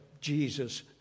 Jesus